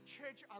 Church